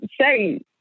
say